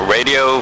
Radio